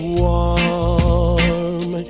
warm